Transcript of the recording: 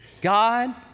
God